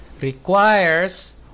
requires